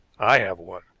i have one.